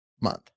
month